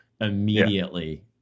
immediately